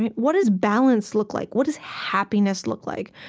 what does balance look like? what does happiness look like?